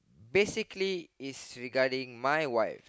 basically is regarding my wife